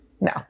No